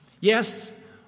Yes